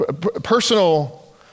personal